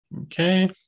Okay